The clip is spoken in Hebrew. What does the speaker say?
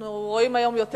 אנחנו רואים היום יותר